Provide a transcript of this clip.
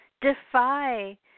defy